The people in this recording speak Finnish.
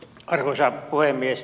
arvoisa puhemies